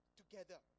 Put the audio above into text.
together